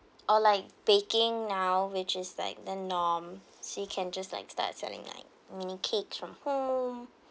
or like baking now which is like the norm so you can just like start selling like mini cakes from home